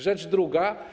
Rzecz druga.